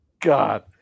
God